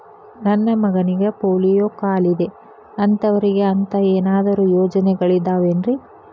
ನನ್ನ ಮಗನಿಗ ಪೋಲಿಯೋ ಕಾಲಿದೆ ಅಂತವರಿಗ ಅಂತ ಏನಾದರೂ ಯೋಜನೆಗಳಿದಾವೇನ್ರಿ?